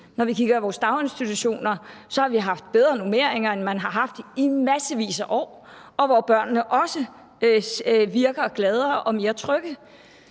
Når vi kigger på vores daginstitutioner, har vi haft bedre normeringer, end vi har haft i massevis af år, og børnene virker også her gladere og mere trygge.